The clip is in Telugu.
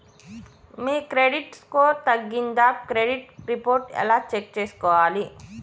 మీ క్రెడిట్ స్కోర్ తగ్గిందా క్రెడిట్ రిపోర్ట్ ఎలా చెక్ చేసుకోవాలి?